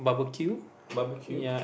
barbeque